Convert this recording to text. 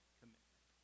commitment